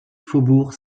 faubourg